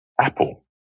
Apple